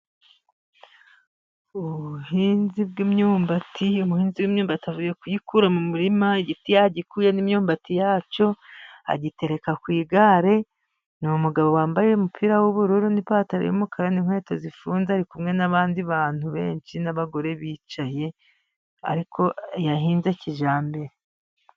Ubuhinzi bw'imyumbati, umuhinzi w'imyumbati avuye kuyikura mu murima, igiti yagikuye n'imyumbati yacyo agitereka ku igare , ni umugabo wambaye umupira w'ubururu n'ipantaro y'umukara n'inkweto zifunze, ari kumwe n'abandi bantu benshi n'abagore bicaye, ariko yahinze kijyambere.